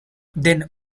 then